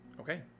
Okay